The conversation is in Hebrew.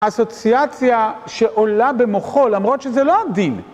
אסוציאציה שעולה במוחו, למרות שזה לא הדין.